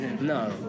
No